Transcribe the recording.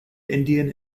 indian